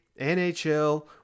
NHL